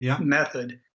method